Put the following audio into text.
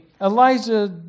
Elijah